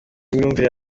imyumvire